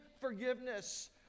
forgiveness